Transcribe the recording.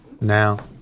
Now